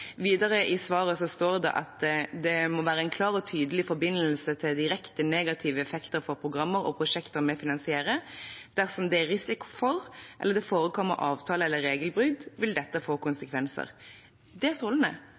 Videre i svaret står det: «Det må være en klar og tydelig forbindelse til direkte negative effekter for programmer og prosjekter vi finansierer.» Det står også: «Dersom det er risiko for eller det forekommer avtale- eller regelbrudd, får dette konsekvenser.» Det er strålende, men det er